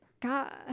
God